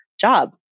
job